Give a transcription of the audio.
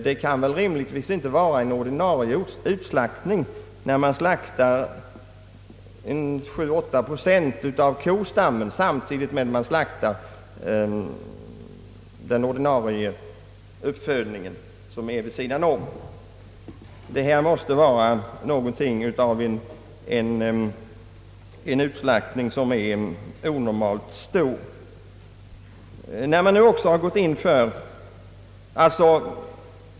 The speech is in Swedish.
Det kan väl rimligtvis inte vara en ordinär utslaktning när man slaktar 7—8 procent av kostammen samtidigt med att man slaktar den ordinarie uppfödningen, vilket alltså sker vid sidan om, Detta måste vara onormalt stor utslaktning.